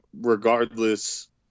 regardless